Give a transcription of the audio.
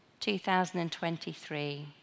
2023